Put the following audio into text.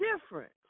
different